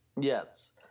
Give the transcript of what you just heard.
Yes